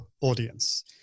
audience